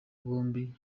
bombi